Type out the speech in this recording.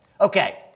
Okay